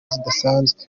zidasanzwe